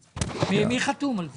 מי חתום על זה?